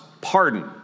pardon